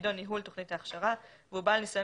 שתפקידו ניהול תוכנית ההכשרה והוא בעל ניסיון